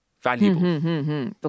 valuable